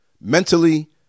mentally